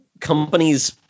companies